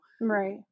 Right